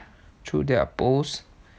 through their posts